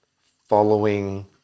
following